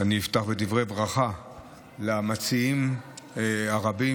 אני אפתח בדברי ברכה למציעים הרבים,